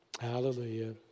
hallelujah